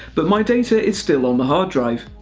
but my data is still on the hard drive.